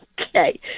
Okay